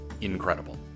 incredible